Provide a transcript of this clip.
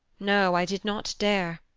no, i did not dare,